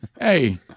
hey